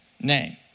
name